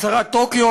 הצהרת טוקיו,